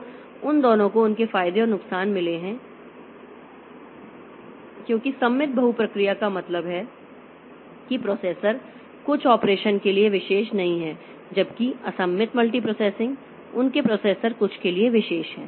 तो उन दोनों को उनके फायदे और नुकसान मिले हैं क्योंकि सममित बहुप्रक्रिया का मतलब है कि प्रोसेसर कुछ ऑपरेशन के लिए विशेष नहीं हैं जबकि असममित मल्टीप्रोसेसिंग उनके प्रोसेसर कुछ के लिए विशेष हैं